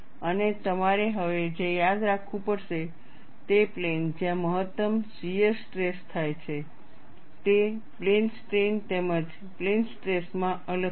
અને તમારે હવે જે યાદ રાખવું પડશે તે પ્લેન જ્યાં મહત્તમ શીયર સ્ટ્રેસ થાય છે તે પ્લેન સ્ટ્રેઈન તેમજ પ્લેન સ્ટ્રેસ માં અલગ છે